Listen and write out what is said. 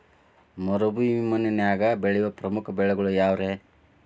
ಮರುಭೂಮಿ ಮಣ್ಣಾಗ ಬೆಳೆಯೋ ಪ್ರಮುಖ ಬೆಳೆಗಳು ಯಾವ್ರೇ?